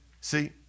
See